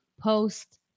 post